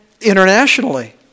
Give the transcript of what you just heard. internationally